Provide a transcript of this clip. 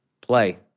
play